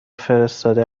فرستاده